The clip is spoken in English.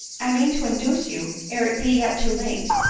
i mean to induce you, ere it be yet too late,